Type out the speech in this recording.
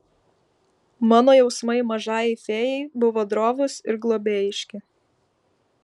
mano jausmai mažajai fėjai buvo drovūs ir globėjiški